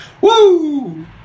Woo